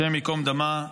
השם ייקום דמה,